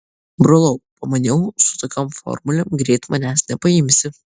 brolau pamaniau su tokiom formulėm greit manęs nepaimsi